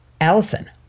allison